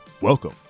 Welcome